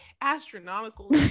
astronomical